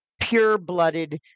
pure-blooded